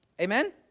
Amen